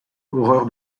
horreur